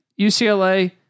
UCLA